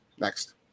next